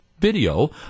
video